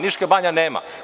Niška banja nema.